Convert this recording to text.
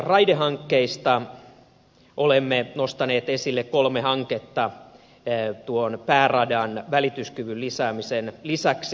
raidehankkeista olemme nostaneet esille kolme hanketta tuon pääradan välityskyvyn lisäämisen lisäksi